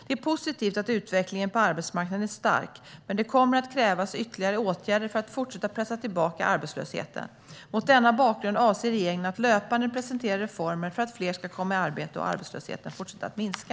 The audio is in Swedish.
Det är positivt att utvecklingen på arbetsmarknaden är stark, men det kommer att krävas ytterligare åtgärder för att fortsätta pressa tillbaka arbetslösheten. Mot denna bakgrund avser regeringen att löpande presentera reformer för att fler ska komma i arbete och för att arbetslösheten ska fortsätta att minska.